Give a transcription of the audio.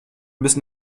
müssen